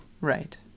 Right